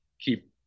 keep